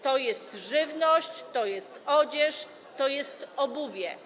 To jest żywność, to jest odzież, to jest obuwie.